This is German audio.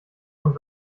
und